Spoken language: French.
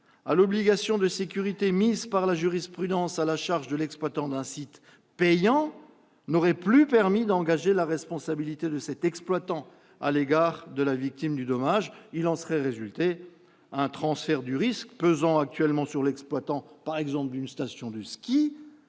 à l'obligation de sécurité mise par la jurisprudence à la charge de l'exploitant d'un site payant n'aurait plus permis d'engager la responsabilité de cet exploitant à l'égard de la victime du dommage. Il en aurait résulté un transfert du risque pesant actuellement sur l'exploitant, d'une station de ski